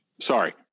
sorry